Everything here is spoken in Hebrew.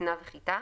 כותנה וחיטה,